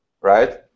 right